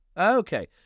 Okay